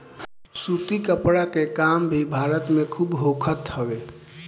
सूती कपड़ा के काम भी भारत में खूब होखत हवे